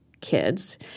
kids